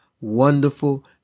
wonderful